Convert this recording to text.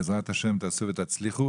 בעזרת השם תעשו ותצליחו.